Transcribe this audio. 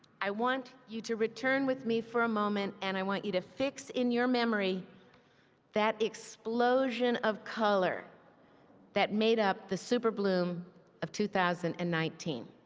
i want you to return with me for a moment and i want you to fix in your memory that explosion of color that made up the super bloom of two thousand and nineteen.